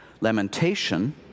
Lamentation